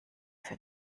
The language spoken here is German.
für